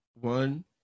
one